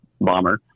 bomber